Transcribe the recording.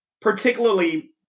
particularly